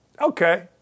Okay